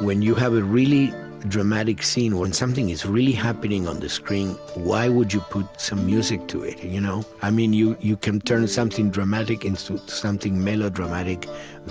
when you have a really dramatic scene or when something is really happening on the screen, why would you put some music to it? and you know i mean, you you can turn something dramatic into something melodramatic